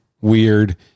weird